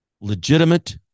legitimate